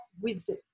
wisdom